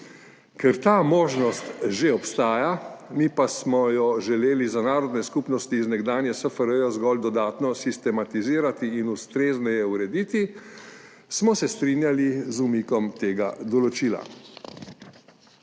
Ker ta možnost že obstaja, mi pa smo jo želeli za narodne skupnosti iz nekdanje SFRJ zgolj dodatno sistematizirati in ustrezneje urediti, smo se strinjali z umikom tega določila.